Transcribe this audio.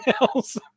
else